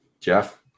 Jeff